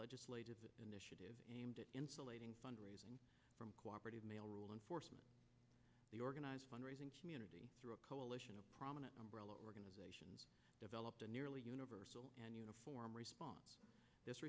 legislative initiative aimed at insulating fundraising from cooperative male rule enforcement the organized fundraising community through a coalition of prominent umbrella organizations developed a nearly universal and uniform response